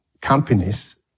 companies